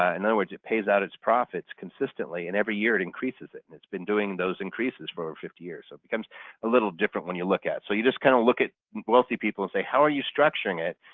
and other words, it pays out its profits consistently and every year it increases it and it's been doing those increases for over fifty years. so it becomes a little different when you look at. so you just kind of look at wealthy people and say how are you structuring it?